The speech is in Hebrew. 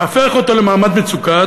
הופך אותו למעמד מצוקה,